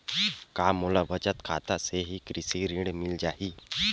का मोला बचत खाता से ही कृषि ऋण मिल जाहि?